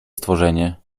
stworzenie